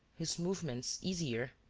his movements easier.